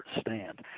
stand